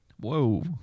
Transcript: Whoa